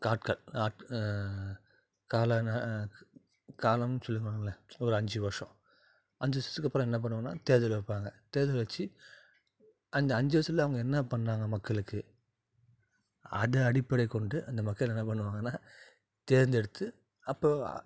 நாட்கள் காலம் காலம்னு சொல்வோம்ல ஒரு அஞ்சு வருஷம் அஞ்சு வருஷத்துக்கு அப்புறம் என்ன பண்ணுவோம்னா தேர்தல் வைப்பாங்க தேர்தல் வச்சு அந்த அஞ்சு வருஷத்தில் அவங்க என்ன பண்ணாங்க மக்களுக்கு அதை அடிப்படை கொண்டு அந்த மக்கள் என்ன பண்ணுவாங்கன்னா தேர்ந்தெடுத்து அப்போது